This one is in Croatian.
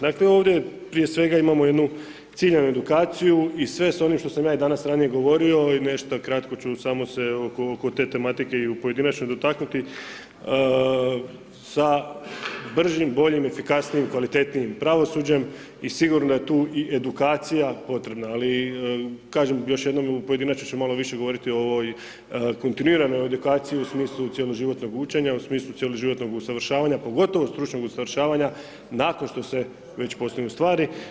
Dakle, ovdje je, prije svega imamo jednu ciljanu edukaciju i sve s onim što sam ja i danas ranije govorio i nešto kratko ću samo se oko te tematike i u pojedinačnoj dotaknuti, sa bržim, boljim, efikasnijim, kvalitetnijim pravosuđem i sigurno je tu i edukacija potrebna, ali kažem još jednom i u pojedinačnoj ću malo više govoriti o ovoj kontinuiranoj edukaciji u smislu cjeloživotnog učenja, u smislu cjeloživotnog usavršavanja, pogotovo stručnog usavršavanja nakon što se već postave stvari.